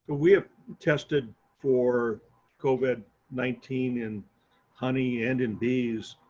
but we have tested for covid nineteen and honey and in bees,